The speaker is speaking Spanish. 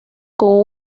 con